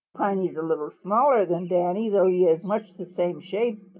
piney is a little smaller than danny, though he is much the same shape,